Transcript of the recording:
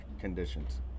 conditions